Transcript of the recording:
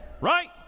Right